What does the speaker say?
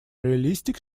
realistic